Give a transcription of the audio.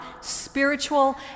spiritual